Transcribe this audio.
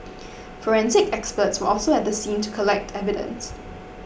forensic experts were also at the scene to collect evidence